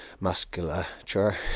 musculature